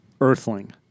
earthling